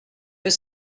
veut